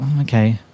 okay